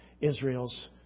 Israel's